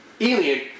alien